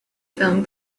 film